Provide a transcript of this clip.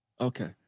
Okay